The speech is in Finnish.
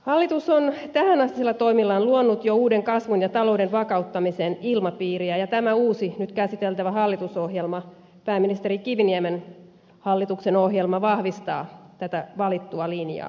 hallitus on tähänastisilla toimillaan luonut jo uuden kasvun ja talouden vakauttamisen ilmapiiriä ja tämä uusi nyt käsiteltävä hallitusohjelma pääministeri kivinimen hallituksen ohjelma vahvistaa tätä valittua linjaa